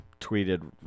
tweeted